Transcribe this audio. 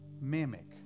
mimic